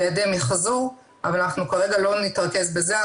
ביעדי מיחזור אבל אנחנו כרגע לא נתרכז בזה אלא